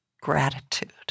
gratitude